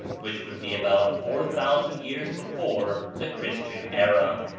which would be about four thousand years before the christian era.